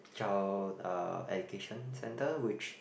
child uh education center which